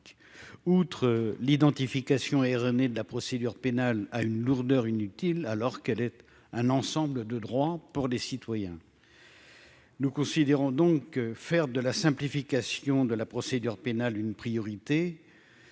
outre l'identification erronée de la procédure pénale à une lourdeur inutile alors qu'elle est un ensemble de droits pour les citoyens. Nous considérons donc faire de la simplification de la procédure pénale, une priorité,